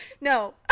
No